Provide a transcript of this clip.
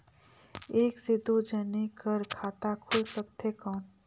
एक से दो जने कर खाता खुल सकथे कौन?